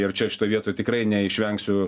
ir čia šitoj vietoj tikrai neišvengsiu